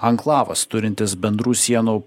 anklavas turintis bendrų sienų